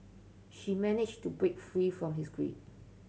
she managed to break free from his grip